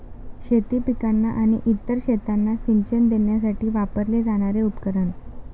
शेती पिकांना आणि इतर शेतांना सिंचन देण्यासाठी वापरले जाणारे उपकरण